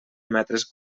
metres